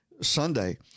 Sunday